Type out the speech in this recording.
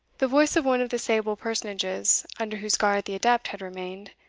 the voice of one of the sable personages under whose guard the adept had remained,